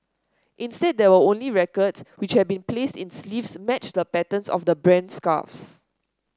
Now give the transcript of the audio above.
instead there were only record which have been placed in sleeves matched the patterns of the brand's scarves